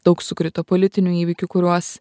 daug sukrito politinių įvykių kuriuos